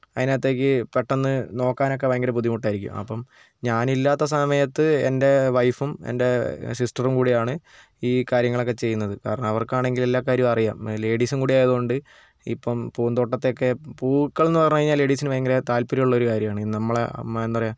അതിനകത്തേക്ക് പെട്ടെന്ന് നോക്കാനൊക്കെ ഭയങ്കര ബുദ്ധിമുട്ടായിരിക്കും അപ്പം ഞാനില്ലാത്ത സമയത്ത് എൻ്റെ വൈഫും എൻ്റെ സിസ്റ്ററും കൂടിയാണ് ഈ കാര്യങ്ങളൊക്കെ ചെയ്യുന്നത് കാരണം അവർക്കാണെങ്കിൽ എല്ലാ കാര്യവും അറിയാം ലേഡീസും കൂടി ആയതുകൊണ്ട് ഇപ്പം പൂന്തോട്ടത്തെയൊക്കെ പൂക്കൾ എന്ന് പറഞ്ഞു കഴിഞ്ഞാൽ ലേഡീസിന് ഭയങ്കര താല്പര്യം ഉള്ളൊരു കാര്യമാണ് നമ്മളെ നമ്മളെന്താ പറയുക